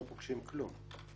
לא פוגשים כלום.